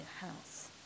House